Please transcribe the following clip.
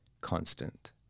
constant